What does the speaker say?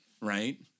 right